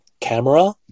camera